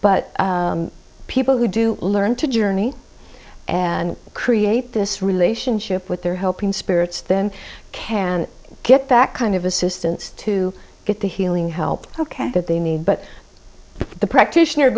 but people who do learn to journey and create this relationship with their helping spirits then can get back kind of assistance to get the healing help ok that they need but the practitioner